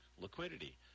liquidity